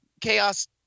chaos